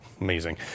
amazing